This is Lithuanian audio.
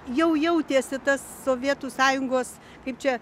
jau jautėsi tas sovietų sąjungos kaip čia